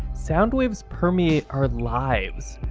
sound waves permeate our lives.